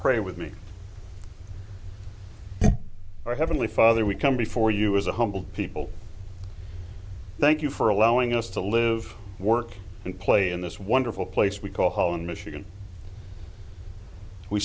pray with me our heavenly father we come before you as a humble people thank you for allowing us to live work and play in this wonderful place we call home in michigan we